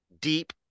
deep